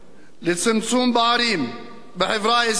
לצמצום פערים בחברה הישראלית